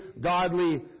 godly